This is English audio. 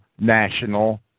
national